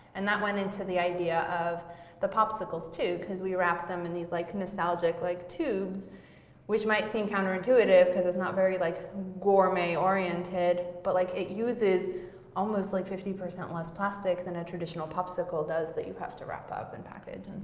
and that went into the idea of the popsicles, too, because we wrapped them in these like nostalgic like tubes which might seem counterintuitive because it's not like gourmet oriented but like that uses almost like fifty percent less plastic than a traditional popsicle does that you have to wrap up and package.